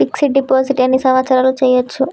Fix డ్ deposit ఎన్ని సంవత్సరాలు చేయచ్చు?